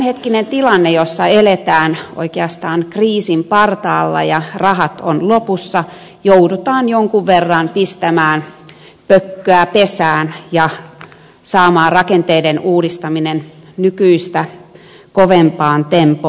tämänhetkisessä tilanteessa jossa eletään oikeastaan ollaan kriisin partaalla ja rahat on lopussa joudutaan jonkun verran pistämään pökköä pesään ja saamaan rakenteiden uudistaminen nykyistä kovempaan tempoon